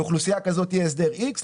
לאוכלוסייה כזאת יהיה הסדר איקס,